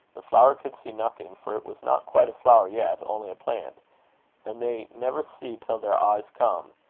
the flower could see nothing, for it was not quite a flower yet, only a plant and they never see till their eyes come,